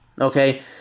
okay